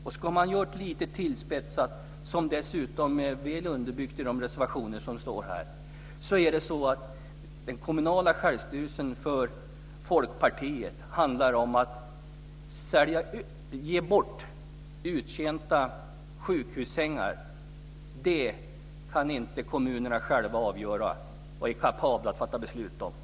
Jag kan uttrycka det lite tillspetsat, något som är väl underbyggt i de reservationer som finns. När den kommunala självstyrelsen handlar om att ge bort uttjänta sjukhussängar anser Folkpartiet att kommunerna inte själva kan avgöra frågan och att de inte är kapabla att fatta beslut om det.